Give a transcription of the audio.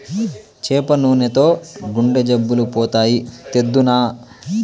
చేప నూనెతో గుండె జబ్బులు పోతాయి, తెద్దునా